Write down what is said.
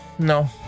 No